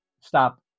stop